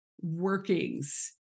workings